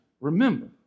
remember